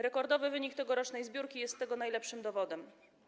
Rekordowy wynik tegorocznej zbiórki jest tego najlepszym dowodem.